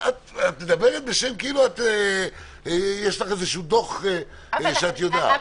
את מדברת כאילו יש לך איזה דוח ולכן את יודעת.